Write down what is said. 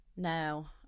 No